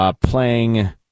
Playing